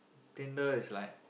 Tinder is like